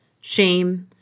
shame